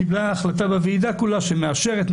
קיבלה החלטה של הוועידה כולה שמאשרת,